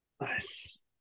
Nice